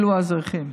אלו האזרחים.